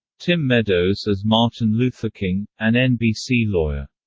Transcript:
tim meadows as martin lutherking, an nbc lawyer.